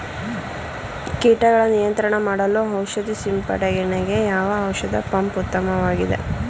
ಕೀಟಗಳ ನಿಯಂತ್ರಣ ಮಾಡಲು ಔಷಧಿ ಸಿಂಪಡಣೆಗೆ ಯಾವ ಔಷಧ ಪಂಪ್ ಉತ್ತಮವಾಗಿದೆ?